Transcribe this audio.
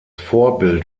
vorbild